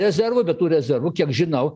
rezervus bet tų rezervų kiek žinau